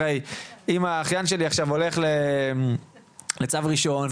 הרי אם האחיין שלי עכשיו הולך לצו ראשון,